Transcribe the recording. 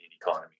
economy